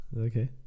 Okay